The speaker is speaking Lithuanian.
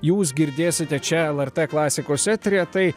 jūs girdėsite čia lrt klasikos eteryje tai